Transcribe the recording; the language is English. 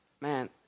man